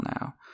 now